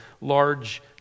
large